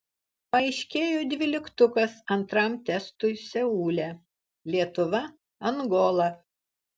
paaiškėjo dvyliktukas antram testui seule lietuva angola